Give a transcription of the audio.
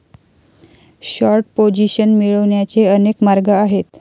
short position मिळवण्याचे अनेक मार्ग आहेत